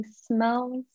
smells